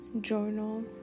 journal